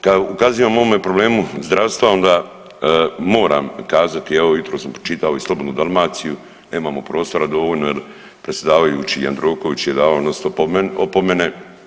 Kad ukazujem o ovome problemu zdravstva onda moram kazati, evo jutros sam pročitao i „Slobodnu Dalmaciju“, nemamo prostora dovoljno jer predsjedavajući i Jandroković je dao odnosno opomene.